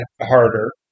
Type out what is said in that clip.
harder